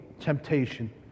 temptation